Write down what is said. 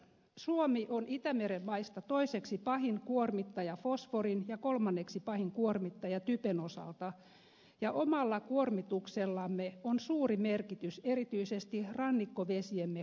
suomi on itämeren maista toiseksi pahin kuormittaja fosforin ja kolmanneksi pahin kuormittaja typen osalta ja omalla kuormituksellamme on suuri merkitys erityisesti rannikkovesiemme kuntoon